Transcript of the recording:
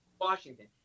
Washington